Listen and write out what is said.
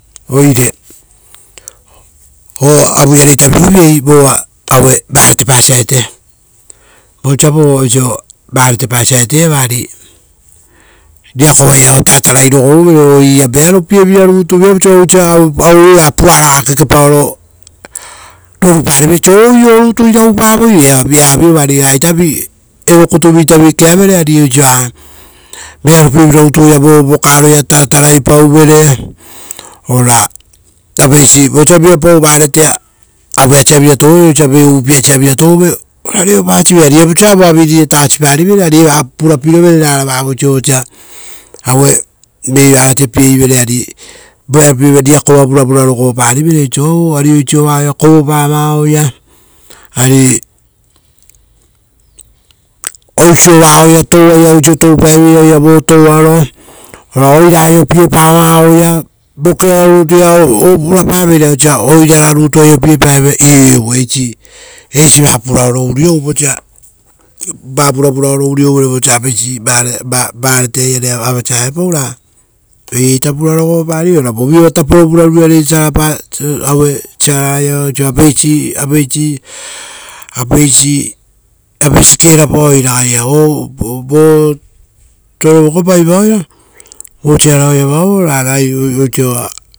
Vaa vuravuraoro unouvere vosa apeisi vare varetea iare avasa auepau raa eiraita vurarogopari ora voviova tapo vuravurasa aeia saraiva oisio apeisi, apeisi, apeisi, apeisi keravaoi ragaia, ova torevoko-pai vaoia, vo saraoiava oia ra ragaia oisio.